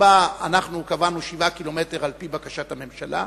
שבה אנחנו קבענו 7 קילומטר, על-פי בקשת הממשלה,